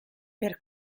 per